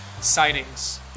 Sightings